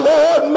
Lord